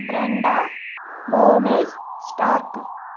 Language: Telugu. బ్రెండా బోమేస్ స్టార్క్